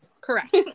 correct